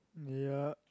yeap